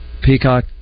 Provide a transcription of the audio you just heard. Peacock